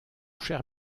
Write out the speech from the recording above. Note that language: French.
cher